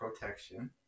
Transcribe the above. protection